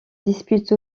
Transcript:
dispute